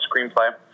screenplay